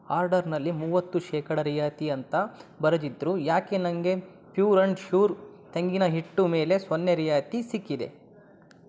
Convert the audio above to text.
ಆರ್ಡರ್ನಲ್ಲಿ ಮೂವತ್ತು ಶೇಕಡ ರಿಯಾಯಿತಿ ಅಂತ ಬರೆದಿದ್ದರೂ ಯಾಕೆ ನನಗೆ ಪ್ಯೂರ್ ಆ್ಯಂಡ್ ಶ್ಯೂರ್ ತೆಂಗಿನ ಹಿಟ್ಟು ಮೇಲೆ ಸೊನ್ನೆ ರಿಯಾಯಿತಿ ಸಿಕ್ಕಿದೆ